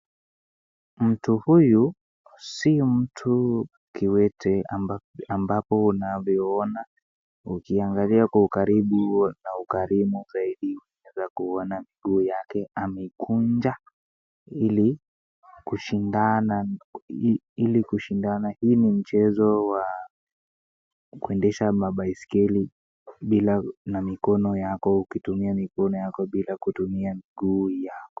Mtu huyu si mtu kiwete ambapo unavyoona. Ukiangalia kwa ukaribu na ukarimu zaidi utaeza kuona miguu yake amekunja ili kushindana. Hii ni michezo wa kuendesha mabaiskeli na mikono yako ukitumia mikono yako bila kutumia miguu yako.